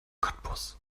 cottbus